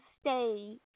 stay